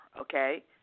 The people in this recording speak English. okay